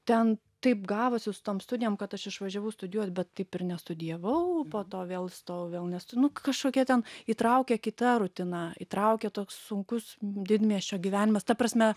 ten taip gavosi su tom studijom kad aš išvažiavau studijuot bet taip ir nestudijavau po to vėl stojau vėl nestu nu kažkokie ten įtraukia kita rutina įtraukia toks sunkus didmiesčio gyvenimas ta prasme